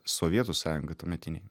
sovietų sąjungoj tuometinėj